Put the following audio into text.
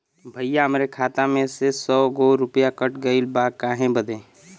भईया हमरे खाता मे से सौ गो रूपया कट गइल बा काहे बदे?